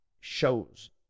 shows